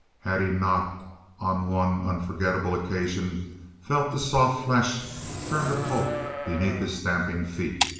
had he not on one unforgetable occasion felt the soft flesh turn to pulp beneath his stamping feet,